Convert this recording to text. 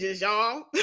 y'all